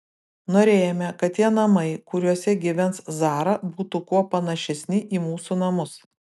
norėjome kad tie namai kuriuose gyvens zara būtų kuo panašesni į mūsų namus